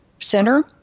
center